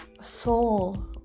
soul